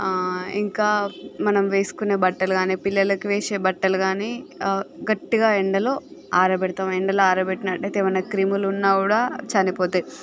ఇంకా మనం వేసుకునే బట్టలు కాని పిల్లలకు వేసే బట్టలు కాని గట్టిగా ఎండలో ఆరబెడతాం ఎండలో ఆరబెట్టినట్టయితే ఎమన్న క్రీములు ఉన్నా కూడా చనిపోతాయి